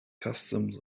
customs